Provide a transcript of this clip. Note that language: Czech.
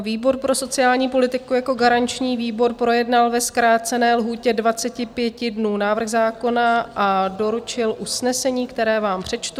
Výbor pro sociální politiku jako garanční výbor projednal ve zkrácené lhůtě 25 dnů návrh zákona a doručil usnesení, které vám přečtu.